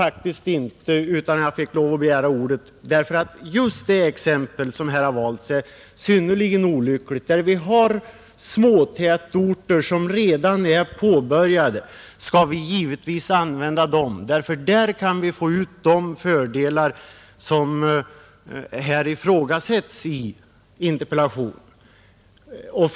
Och jag kunde inte underlåta att begära ordet, eftersom just det exempel som herr Hedin har valt är synnerligen olämpligt. Där det finns små tätorter, som redan har börjat utvecklas, skall vi givetvis använda dem, eftersom man där kan få ut de fördelar som omnämns i interpellationen.